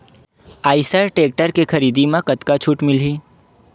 Eicher tractor के खरीदी म कतका छूट मिलही?